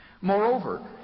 Moreover